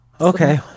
Okay